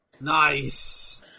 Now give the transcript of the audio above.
Nice